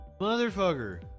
motherfucker